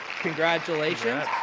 Congratulations